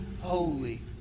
holy